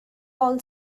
all